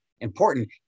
important